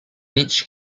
each